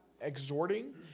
exhorting